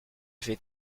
fait